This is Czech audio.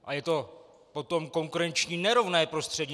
A je to o tom konkurenčním nerovném prostředí.